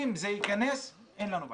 אם זה ייכנס, אין לנו בעיה.